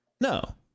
No